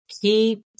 Keep